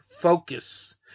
focus